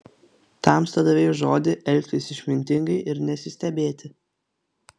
tamsta davei žodį elgtis išmintingai ir nesistebėti